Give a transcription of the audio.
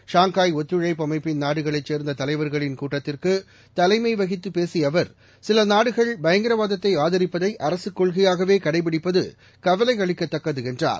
Shanghai ஒத்துழைப்பு அமைப்பின் நாடுகளைச் சேர்ந்த தலைவர்களின் கூட்டத்திற்கு தலைமை வகித்துப் பேசிய அவர் சில நாடுகள் பயங்கரவாதத்தை ஆதரிப்பதை அரசுக் கொள்கையாகவே கடைப்பிடிப்பது கவலையளிக்கத்தக்கது என்றார்